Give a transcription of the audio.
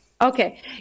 okay